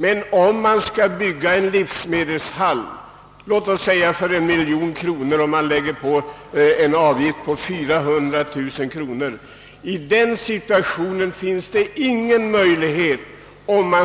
Men om man skall bygga en livsmedelshall för exempelvis 1 miljon kronor och det på detta bygge läggs en avgift av 25 procent eller rättare sagt 40 procent på 400 000 kronor, finns ingen möjlighet att